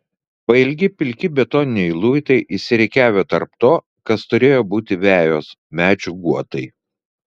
pailgi pilki betoniniai luitai išsirikiavę tarp to kas turėjo būti vejos medžių guotai